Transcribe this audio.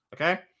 Okay